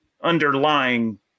underlying